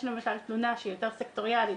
יש למשל תלונה שהיא יותר סקטוריאלית.